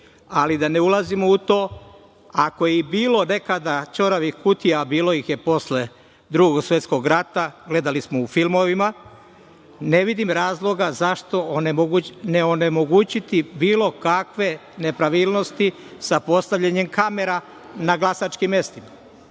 vidi. Da ne ulazimo u to, ako je i bilo nekada "ćoravih kutija", a bilo ih je posle Drugog svetskog rata, gledali smo u filmovima, ne vidim razloga zašto ne onemogućiti bilo kakve nepravilnosti sa postavljanjem kamera na glasačkim mestima.